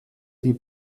die